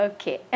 Okay